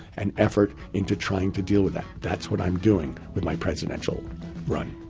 and effort into trying to deal with that. that's what i'm doing with my presidential run.